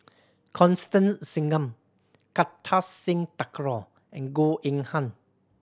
Constance Singam Kartar Singh Thakral and Goh Eng Han